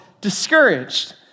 discouraged